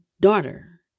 daughter